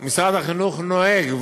בשלושת החודשים